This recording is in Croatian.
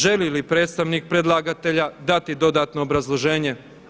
Želi li predstavnik predlagatelja dati dodatno obrazloženje?